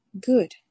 good